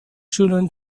children